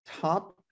top